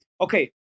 okay